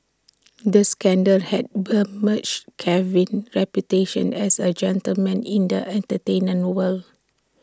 the scandal had besmirched Kevin's reputation as A gentleman in the entertainment world